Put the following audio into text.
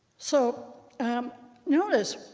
so um notice,